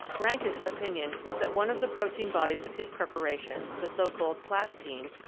reinke's opinion was that one of the protein bodies of his preparation, the so-called plastine,